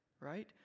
Right